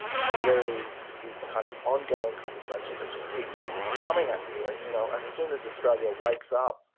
twitter is this kind of ongoing conversation that just keeps coming at you, and you know as soon as australia wakes up,